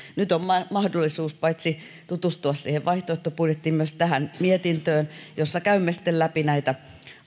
nyt on mahdollisuus paitsi tutustua siihen vaihtoehtobudjettiimme myös tähän mietintöön jossa käymme sitten läpi näitä